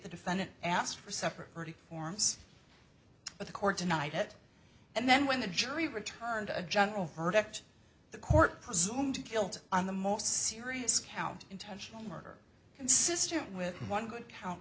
the defendant asked for separate forms but the court denied it and then when the jury returned a general verdict the court presumed guilty on the most serious count intentional murder consistent with one good count